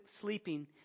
sleeping